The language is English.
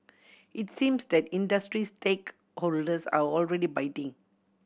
it seems that industry stakeholders are already biting